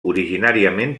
originàriament